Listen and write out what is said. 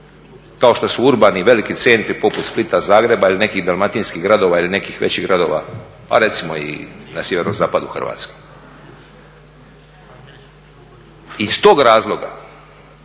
kao što su urbani, veliki centri poput Splita, Zagreba ili nekih dalmatinskih gradova ili nekih većih gradova, pa recimo i na sjeverozapadu Hrvatske. Iz tog razloga